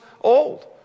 old